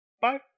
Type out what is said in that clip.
bye